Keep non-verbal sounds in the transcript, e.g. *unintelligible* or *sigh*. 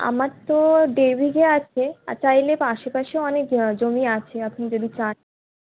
আমার তো *unintelligible* আছে আর চাইলে আসে পাশে অনেক জমি আছে আপনি যদি চান